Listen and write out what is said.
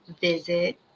visit